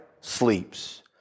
sleeps